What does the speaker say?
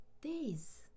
days